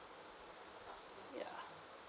ya